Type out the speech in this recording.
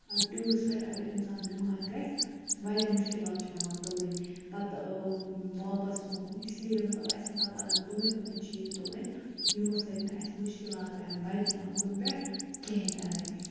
ٹیوٗرِس پٮ۪ٹھ اَگر اِنسان بِیمار گژھِ واریاہ مُشکِلات چھِ پٮ۪وان تُلٕنۍ پَتہٕ واپَس یُن اِس لے مطلب اَسہِ ہسا پَزَن تُمَے تُمَے چیٖز تُلٕنۍ یِمو سۭتۍ نہٕ اَسہِ مُشکِلات اِن وَتہِ یا کُنہِ پٮ۪ٹھ کِہیٖنۍ تہِ نَے